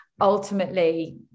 ultimately